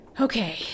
Okay